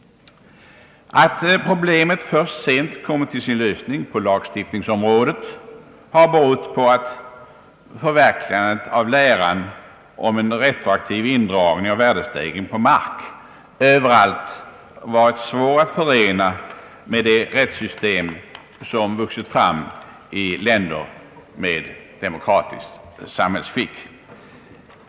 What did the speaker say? Att problemet först sent kommer till sin lösning på lagstiftningsområdet har berott på att förverkligandet av läran om en retroaktiv indragning av värdestegring på mark överallt varit svår att förena med de rättssystem som vuxit fram i länder med demokratiskt samhällsskick.